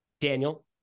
Daniel